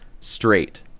straight